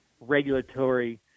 regulatory